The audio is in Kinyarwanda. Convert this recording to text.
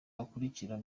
bakurikira